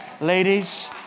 Ladies